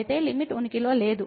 అయితే లిమిట్ ఉనికిలో లేదు